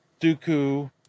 Dooku